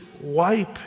wipe